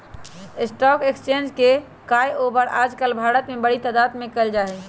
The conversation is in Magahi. स्टाक एक्स्चेंज के काएओवार आजकल भारत में बडी तादात में कइल जा हई